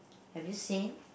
have you seen